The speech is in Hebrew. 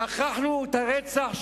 שכחנו את הרצח?